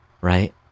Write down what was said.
right